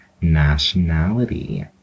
Nationality